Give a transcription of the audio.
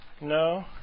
No